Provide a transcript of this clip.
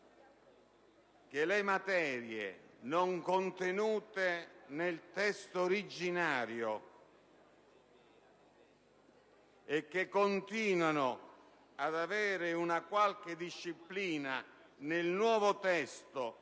le materie non contenute nel testo originario e che continuano ad avere una qualche disciplina nel nuovo testo